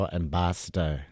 ambassador